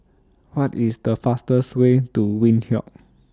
What IS The fastest Way to Windhoek